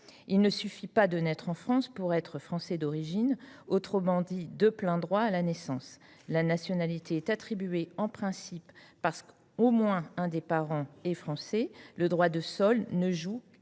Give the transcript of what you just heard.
Il ne suffit ainsi pas de naître en France pour être Français d’origine, autrement dit Français de plein droit à la naissance. La nationalité est attribuée en principe, parce qu’au moins l’un des parents est Français. Le droit du sol ne joue qu’un rôle